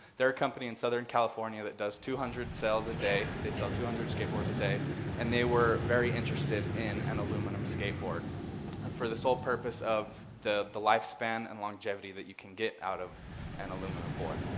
their company in southern california that does two hundred sales a day. they sell two hundred skateboards a day and they were very interested in an aluminum skateboard for the sole purpose of the the lifespan and longevity that you can get out of an and aluminum board,